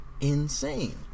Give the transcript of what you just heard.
Insane